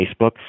Facebook